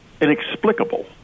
inexplicable